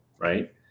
right